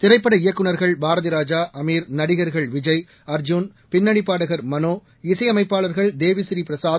திரைப்பட இயக்குநர்கள் பாரதிராஜா அமீர் நடிகர்கள் விஜய் அர்ஜூன் பின்னணிப் பாடகர் மனோ இசையமைப்பாளர்கள் தேவிஸ்ரீ பிரசாத்